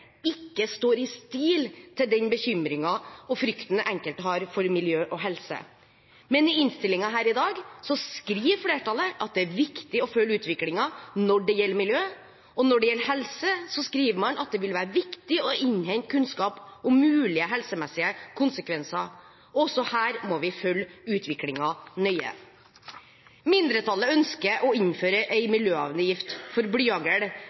ikke står i stil til den bekymringen og frykten enkelte har for miljø og helse. Men i innstillingen her i dag skriver flertallet at det er viktig å følge utviklingen når det gjelder miljø. Når det gjelder helse, skriver man at det vil være viktig å innhente kunnskap om mulige helsemessige konsekvenser. Også her må vi følge utviklingen nøye. Mindretallet ønsker å innføre en miljøavgift for